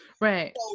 Right